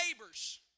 neighbors